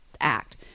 act